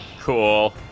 cool